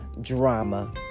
Drama